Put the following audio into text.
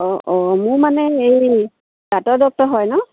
অঁ অঁ মোৰ মানে হেৰি দাঁতৰ ডক্তৰ হয় ন